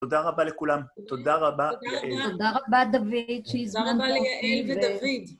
תודה רבה לכולם. תודה רבה, יעל. תודה רבה, דוד, שהזמנת אותי. תודה רבה ליעל ודוד.